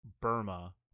Burma